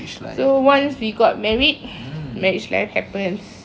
so once we got married marriage life happens